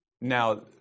Now